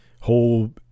whole